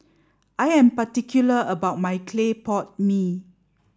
I am particular about my clay pot mee